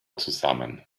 zusammen